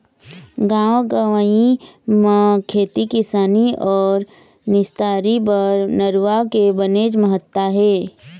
गाँव गंवई म खेती किसानी अउ निस्तारी बर नरूवा के बनेच महत्ता हे